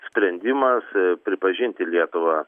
sprendimas pripažinti lietuvą